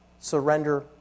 surrender